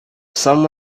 some